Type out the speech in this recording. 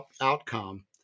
outcome